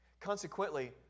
Consequently